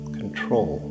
control